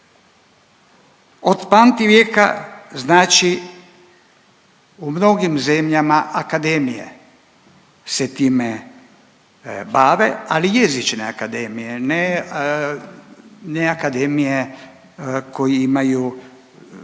Od pamtivijeka znači u mnogim zemljama akademije se time bave, ali jezične akademije ne akademije koji imaju